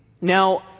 Now